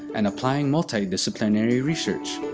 and applying multi-disciplinary research.